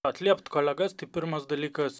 atliept kolegas tai pirmas dalykas